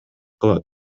кылат